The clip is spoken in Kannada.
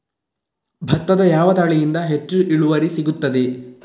ಭತ್ತದ ಯಾವ ತಳಿಯಿಂದ ಹೆಚ್ಚು ಇಳುವರಿ ಸಿಗುತ್ತದೆ?